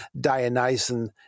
Dionysian